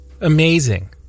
amazing